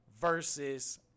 versus